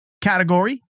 category